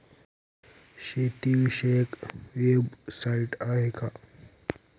शेतीविषयक वेबसाइट आहे का?